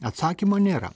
atsakymo nėra